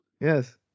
Yes